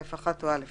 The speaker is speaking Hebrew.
(א1) או (א2)